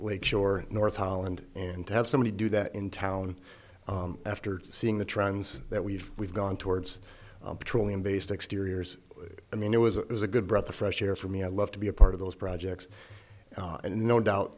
lake shore north holland and to have somebody do that in town after seeing the trends that we've we've gone towards petroleum based exteriors i mean it was it was a good breath of fresh air for me i love to be a part of those projects and no doubt